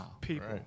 people